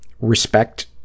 respect